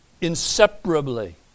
inseparably